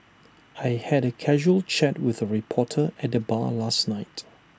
I had A casual chat with A reporter at the bar last night